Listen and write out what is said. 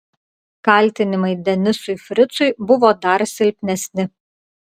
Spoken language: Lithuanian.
kaltinimai denisui fricui buvo dar silpnesni